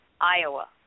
Iowa